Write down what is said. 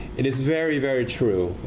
it is very, very true,